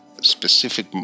specific